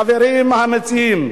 החברים המציעים: